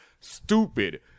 stupid